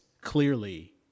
clearly